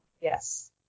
Yes